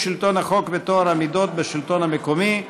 שלטון החוק וטוהר המידות בשלטון המקומי).